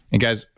and guys,